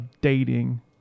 dating